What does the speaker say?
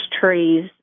trees